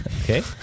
Okay